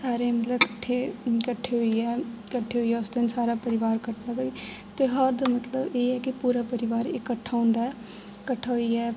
सारे मतलब कट्ठे कट्ठे होइयै इकट्ठे होइयै उस दिन सारा परिवार कट्ठे होइयै त्यौहार दा मतलब एह् ऐ की पूरा परिवार इकट्ठा होंदा ऐ इकट्ठा होइयै